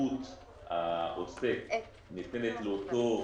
באמצעות העוסק ניתנת לאותם